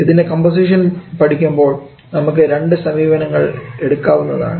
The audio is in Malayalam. ഇതിൻറെ കമ്പോസിഷൻ പഠിക്കുമ്പോൾ നമുക്ക് രണ്ട് സമീപനങ്ങൾ എടുക്കാവുന്നതാണ്